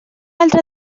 altra